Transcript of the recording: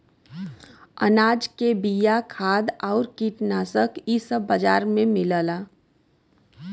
अनाज के बिया, खाद आउर कीटनाशक इ सब बाजार में मिलला